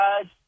guys